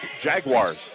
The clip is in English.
Jaguars